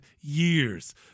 years